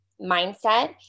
mindset